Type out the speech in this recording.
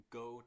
go